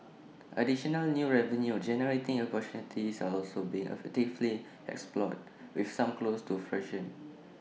additional new revenue generating opportunities are also being actively explored with some close to fruition